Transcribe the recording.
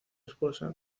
esposa